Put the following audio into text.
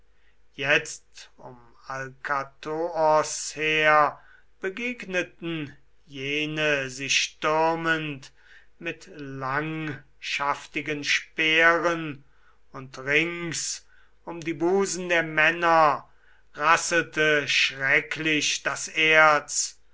jetzt um alkathoos her begegneten jene sich stürmend mit langschaftigen speeren und rings um die busen der männer rasselte schrecklich das erz